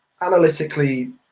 analytically